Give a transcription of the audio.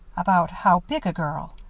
about how big a girl?